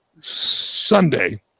Sunday